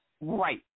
Right